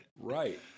Right